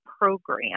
program